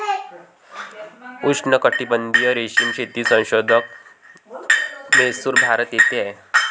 उष्णकटिबंधीय रेशीम शेती संशोधन म्हैसूर, भारत येथे आहे